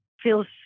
feels